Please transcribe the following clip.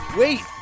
wait